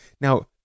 Now